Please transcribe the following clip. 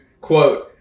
quote